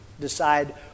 decide